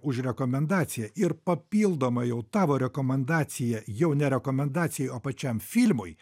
už rekomendaciją ir papildomą jau tavo rekomendaciją jau ne rekomendacijai o pačiam filmui